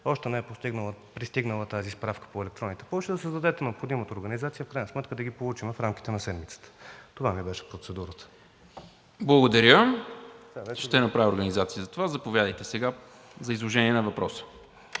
още не е пристигнала тази справка по електронните пощи, да създадете необходимата организация и в крайна сметка да ги получим в рамките на седмицата. Това ми беше процедурата. ПРЕДСЕДАТЕЛ НИКОЛА МИНЧЕВ: Благодаря. Ще направя организация за това. Заповядайте сега за изложението на въпроса.